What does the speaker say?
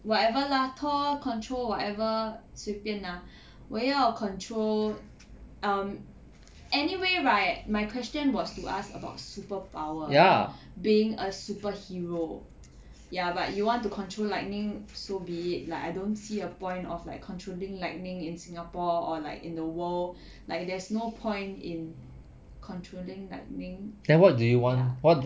whatever lah thor control whatever 随便 lah 我要 control um anyway right my question was to ask about superpower being a superhero ya but you want to control lightning so be it like I don't see a point of like controlling lightning in singapore or like in the world like there's no point in controlling lightning ya